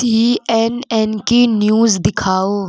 سی N N کی news دکھاؤ